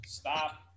stop